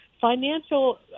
Financial